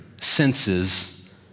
senses